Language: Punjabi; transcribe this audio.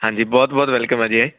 ਹਾਂਜੀ ਬਹੁਤ ਬਹੁਤ ਵੈਲਕਮ ਹੈ ਜੀ